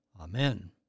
Amen